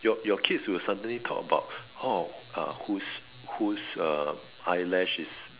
your your kids will suddenly talk about oh who's who's uh eyelash is